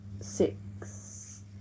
six